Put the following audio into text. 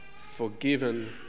forgiven